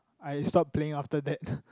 I stopped playing after that